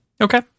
Okay